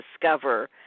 discover